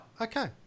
okay